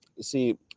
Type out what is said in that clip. See